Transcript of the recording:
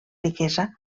riquesa